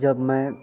जब मैं